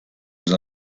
aux